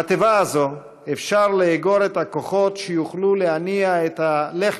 בתיבה הזאת אפשר לאגור את הכוחות שיוכלו להניע את ה"לך